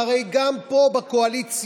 והרי גם פה בקואליציה,